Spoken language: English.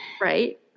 Right